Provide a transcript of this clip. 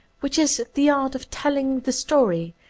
which is the art of telling the story,